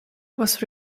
was